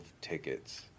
tickets